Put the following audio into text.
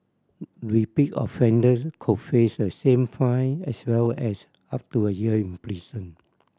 repeat offenders could face the same fine as well as up to a year in prison